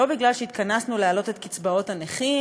לא התכנסו להעלות את קצבאות הנכים